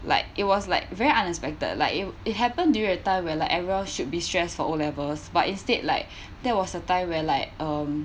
like it was like very unexpected like it it happened during a time where like everyone should be stress for O levels but instead like there was a time where like um